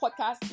podcast